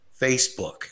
Facebook